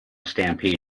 stampede